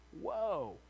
Whoa